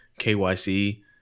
KYC